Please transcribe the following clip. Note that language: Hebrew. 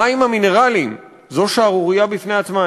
המים המינרליים, זו שערורייה בפני עצמה.